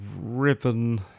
ribbon